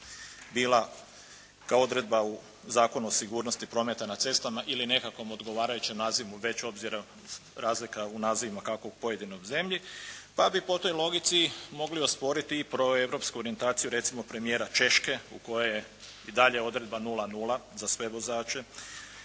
bila kao odredba u Zakonu o sigurnosti prometa na cestama ili nekakvom odgovarajućem nazivu, već obzirom razlika u nazivima kakvog u pojedinoj zemlji, pa bi po toj logici mogli osporiti i proeuropsku orijentaciju recimo premijera Češke u kojoj je i dalje odredba 0,0 za sve vozače,